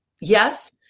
yes